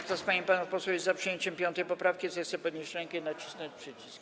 Kto z pań i panów posłów jest za przyjęciem 5. poprawki, zechce podnieść rękę i nacisnąć przycisk.